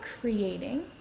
creating